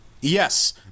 Yes